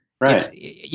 Right